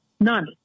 None